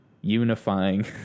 unifying